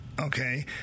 okay